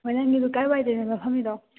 ꯍꯣꯏ ꯅꯪꯒꯤꯗꯣ ꯀꯗꯥꯏꯋꯥꯏꯗꯅꯦꯕ ꯐꯝꯃꯤꯗꯣ